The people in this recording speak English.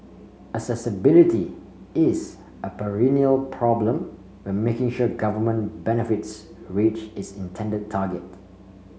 accessibility is a perennial problem when making sure government benefits reach its intended target